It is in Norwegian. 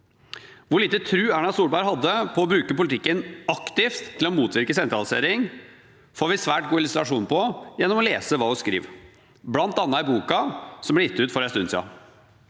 Hvor lite tro Erna Solberg hadde på å bruke politikken aktivt til å motvirke sentralisering, får vi en svært god illustrasjon på gjennom å lese hva hun skriver, bl.a. i boken som ble gitt ut for en stund siden.